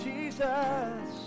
Jesus